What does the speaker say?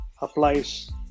applies